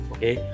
Okay